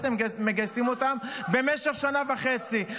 הייתם מגייסים אותם במשך שנה וחצי.